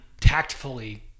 tactfully